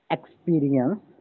Experience